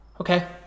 Okay